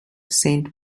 saint